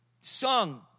sung